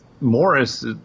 Morris